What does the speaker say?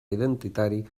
identitari